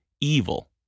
evil